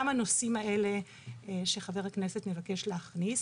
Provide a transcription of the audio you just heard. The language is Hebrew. הנושאים האלה שחבר הכנסת מבקש להכניס.